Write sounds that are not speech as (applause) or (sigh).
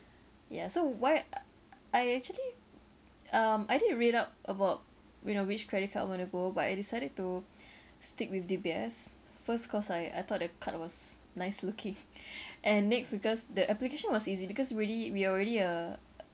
ya so why uh I actually um I did read up about you know which credit card I want to go but I decided to stick with D_B_S first cause I I thought that card was nice looking (noise) and next because the application was easy because really we already uh